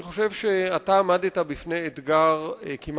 עמיתי חברי הכנסת,